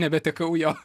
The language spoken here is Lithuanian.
nebetekau jo